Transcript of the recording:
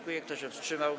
Kto się wstrzymał?